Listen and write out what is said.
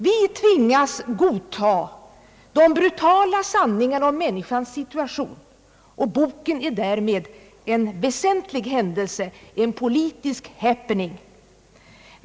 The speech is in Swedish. Vi tvingas att godta de brutala sanningarna om människans situation, och boken är därmed en väsentlig händelse, en politisk happening.